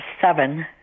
seven